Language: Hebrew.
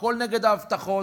הכול נגד ההבטחות.